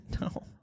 No